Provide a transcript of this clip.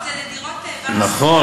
זה מעבר אקולוגי,